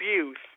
abuse